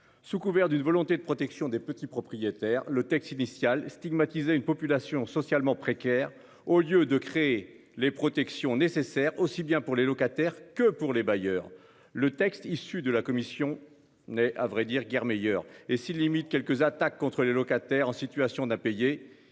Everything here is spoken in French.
sous couvert d'une volonté de protection des petits propriétaires. Le texte initial stigmatiser une population socialement précaire au lieu de créer les protections nécessaires, aussi bien pour les locataires que pour les bailleurs. Le texte issu de la commission n'à vrai dire guère meilleure et si limite quelques attaques contres les locataires en situation d'impayés.